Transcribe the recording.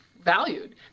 Valued